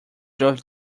drove